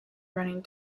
running